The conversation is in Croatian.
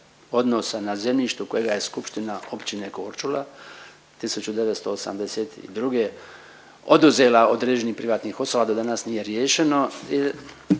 odnosa na zemljištu kojega je skupština općine Korčula 1982. oduzela od određenih privatnih osoba do danas nije riješeno.